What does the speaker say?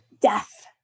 death